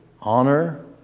honor